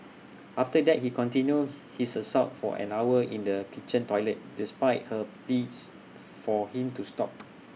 after that he continued his assault for an hour in the kitchen toilet despite her pleas for him to stop